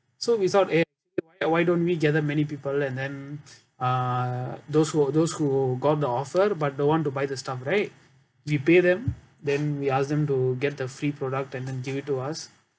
so we thought eh why don't we gather many people and then uh those who those who got the offer but don't want to buy the stuff right we pay them then we ask them to get the free product and then give it to us